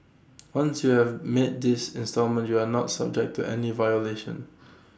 once you have made this instalment you are not subject to any violation